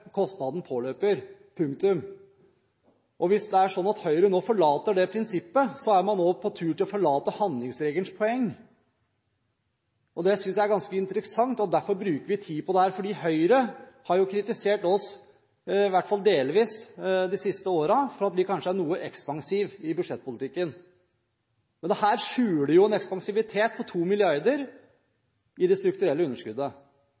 kostnaden påløper, punktum. Hvis det er slik nå at Høyre forlater det prinsippet, så er man også på tur til å forlate handlingsregelens poeng. Det synes jeg er ganske interessant, og derfor bruker vi tid på dette. Høyre har jo kritisert oss – i hvert fall delvis – de siste årene for at vi kanskje er noe ekspansive i budsjettpolitikken. Men dette skjuler en ekspansivitet på 2 mrd. kr i det strukturelle underskuddet.